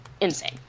insane